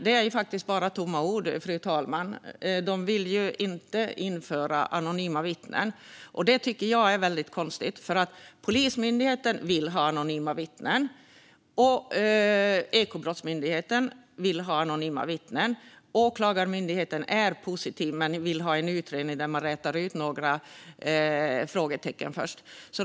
Det är faktiskt bara tomma ord, fru talman. De vill inte införa anonyma vittnen. Det tycker jag är väldigt konstigt. Polismyndigheten och Ekobrottsmyndigheten vill ha anonyma vittnen. Åklagarmyndigheten är positiv men vill först ha en utredning där man rätar ut några frågetecken.